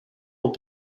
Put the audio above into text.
will